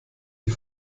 die